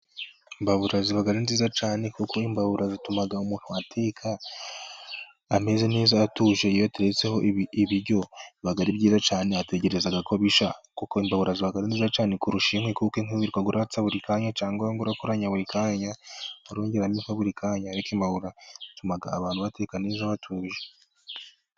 Imbabura ziba ari nziza cyane, kuko imbabura zituma umu ateka ameze neza atuje, iyo ateretseho ibiryo biba ari byiza cyane ategereza ko bishya kuko imbabura ziba nziza cyane kurusha inkwi, kuko inkwi wirirwa watsa buri kanya, cyangwa urakoranya buri kanya arongeramo inkwi buri kanya, ariko imbabura yo atuma abantu bateka neza batuje.